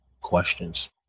questions